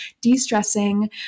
de-stressing